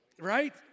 Right